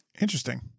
Interesting